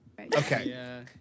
Okay